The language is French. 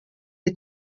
des